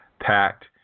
packed